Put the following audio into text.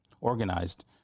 organized